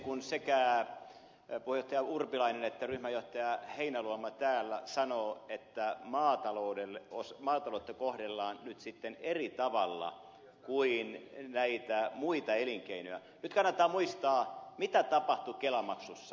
kun sekä puheenjohtaja urpilainen että ryhmänjohtaja heinäluoma täällä sanovat että maataloutta kohdellaan nyt sitten eri tavalla kuin muita elinkeinoja niin nyt kannattaa muistaa mitä tapahtui kelamaksussa